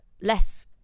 less